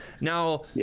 Now